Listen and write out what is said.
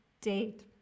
date